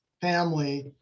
family